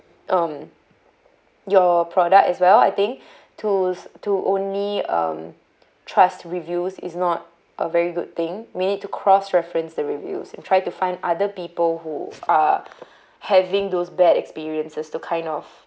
um your product as well I think to to only um trust reviews is not a very good thing we need to cross reference the reviews and try to find other people who are having those bad experiences to kind of